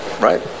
right